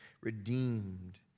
redeemed